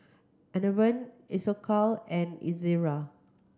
Enervon Isocal and Ezerra